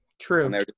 True